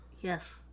Yes